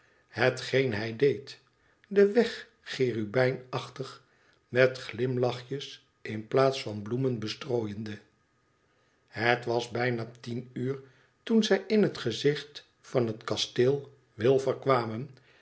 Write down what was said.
hetgeen hij deed den weg cherubijn achtig met glimlachjes in plaats van bloemen bestrooiende het was bijna tien uur toen zij in het gezicht van het kasteel wilfer kwamen